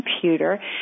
computer